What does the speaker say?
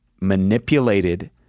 manipulated